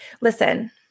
listen